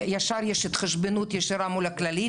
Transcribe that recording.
כי ישר יש התחשבנות ישירה מול ה"כללית".